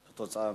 כתוצאה,